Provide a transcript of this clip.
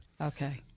Okay